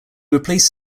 replaced